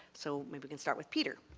so we we can start with peter.